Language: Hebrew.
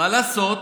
מה לעשות?